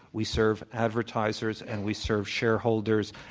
we serve advertisers and we serve shareholders.